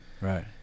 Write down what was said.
Right